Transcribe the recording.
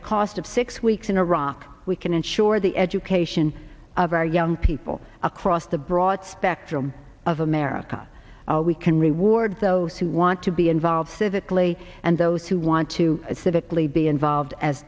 the cost of six weeks in iraq we can ensure the education of our young people across the broad spectrum of america all we can reward those who want to be involved civically and those who want to civically be involved as